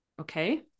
Okay